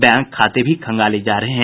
bank खाते भी खंगाले जा रहे हैं